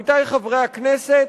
עמיתי חברי הכנסת,